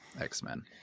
x-men